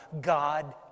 God